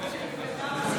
טאהא.